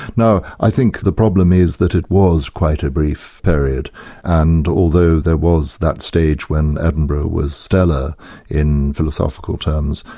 now i think the problem is that it was quite a brief period and although there was that stage when edinburgh was stellar in philosophical terms,